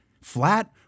Flat